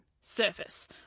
surface